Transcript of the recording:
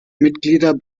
mitglieder